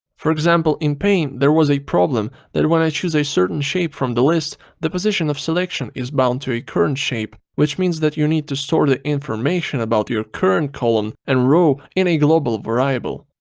for example, in paint there was a problem that when i chose a certain shape from the list the position of selection is bound to a current shape which means that you need to store the information about your current column and row in a global variable.